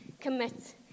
commit